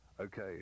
Okay